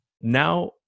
now